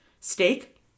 Steak